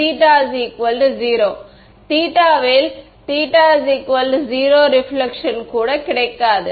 θ இல் θ 0 ரிபிலக்ஷன் கூட கிடைக்காது